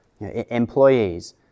employees